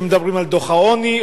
כמו כשמדברים על דוח העוני,